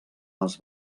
les